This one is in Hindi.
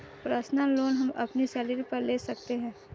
पर्सनल लोन हम अपनी सैलरी पर ले सकते है